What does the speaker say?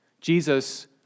Jesus